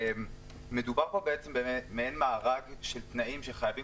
מדובר פה בעצם במעין מארג של תנאים שחייבים